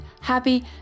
happy